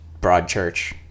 Broadchurch